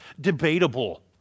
debatable